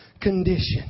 condition